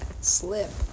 slip